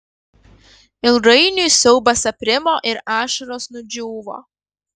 ilgainiui siaubas aprimo ir ašaros nudžiūvo